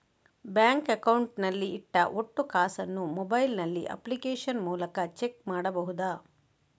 Bank account ನಲ್ಲಿ ಇಟ್ಟ ಒಟ್ಟು ಕಾಸನ್ನು ಮೊಬೈಲ್ ನಲ್ಲಿ ಅಪ್ಲಿಕೇಶನ್ ಮೂಲಕ ಚೆಕ್ ಮಾಡಬಹುದಾ?